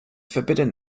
forbidden